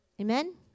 Amen